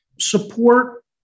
Support